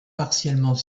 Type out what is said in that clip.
partiellement